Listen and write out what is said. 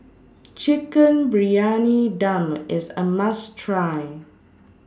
Chicken Briyani Dum IS A must Try